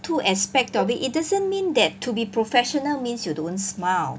two aspect of it it doesn't mean that to be professional means you don't smile